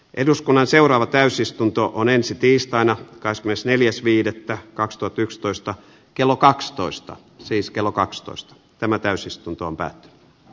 eduskunnan seuraava täysistuntoon ensi tiistaina kas myös neljäs viidettä kakstuhatyksitoista kello kaksitoista siis kello kaksitoista tämä täysistuntoon odottaa olevan